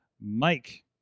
Mike